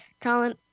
Colin